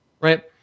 Right